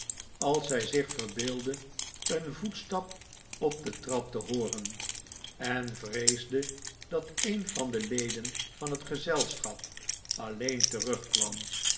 als zij zich verbeeldde een voetstap op de trap te hooren en vreesde mat een van de leden van het gezelschap alleen terugkwam